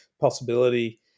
possibility